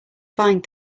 find